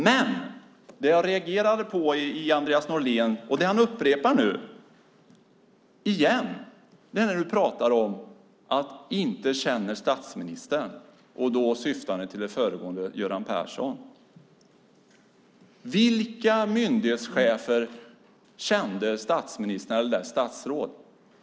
Men det jag reagerade på i Andreas Norléns inlägg och det han upprepar nu är när han pratar om att inte känna statsministern och då syfta på Göran Persson. Vilka myndighetschefer kände statsministern eller statsråden då?